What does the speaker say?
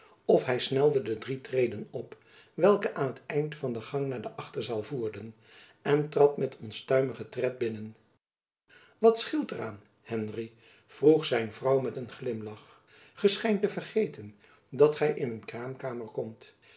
of hy snelde de drie treden op welke aan t eind van den gang naar de achterzaal voerden en trad met onstuimigen tred binnen wat scheelt er aan henry vroeg zijn vrouw met een glimlach gy schijnt te vergeten dat gy in een kraamkamer komt